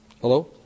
Hello